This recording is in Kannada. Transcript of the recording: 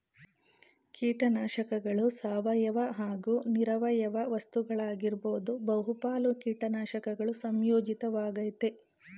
ಕೀಟನಾಶಕಗಳು ಸಾವಯವ ಹಾಗೂ ನಿರವಯವ ವಸ್ತುಗಳಾಗಿರ್ಬೋದು ಬಹುಪಾಲು ಕೀಟನಾಶಕಗಳು ಸಂಯೋಜಿತ ವಾಗಯ್ತೆ